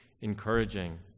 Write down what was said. encouraging